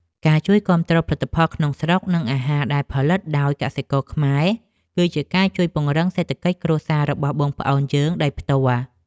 ការជួយគាំទ្រផលិតផលក្នុងស្រុក និងអាហារដែលផលិតដោយកសិករខ្មែរ គឺជាការជួយពង្រឹងសេដ្ឋកិច្ចគ្រួសាររបស់បងប្អូនយើងដោយផ្ទាល់។